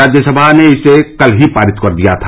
राज्यसभा ने इसे कल ही पास कर दिया था